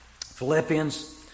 Philippians